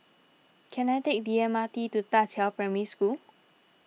can I take the M R T to Da Qiao Primary School